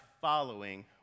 following